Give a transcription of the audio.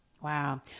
wow